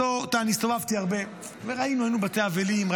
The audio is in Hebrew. אני הסתובבתי הרבה וראינו, היינו בבתי אבלים.